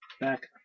back